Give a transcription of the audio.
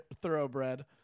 thoroughbred